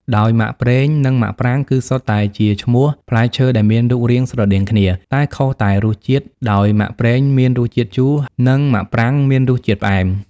ដោយមាក់ប្រេងនិងមាក់ប្រាងគឺសុទ្ធតែជាឈ្មោះផ្លែឈើដែលមានរូបរាងស្រដៀងគ្នា តែខុសតែរសជាតិ ដោយមាក់ប្រេងមានរសជាតិជូរ និងមាក់ប្រាងមានរសជាតិផ្អែម។